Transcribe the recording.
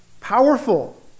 powerful